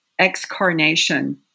excarnation